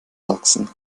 sachsen